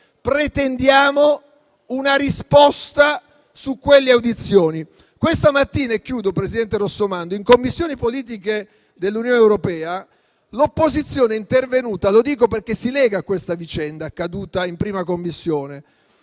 Balboni, una risposta su quelle audizioni. Questa mattina - e chiudo, presidente Rossomando - in Commissione politiche dell'Unione europea l'opposizione è intervenuta - lo dico perché si lega a questa vicenda accaduta in 1a Commissione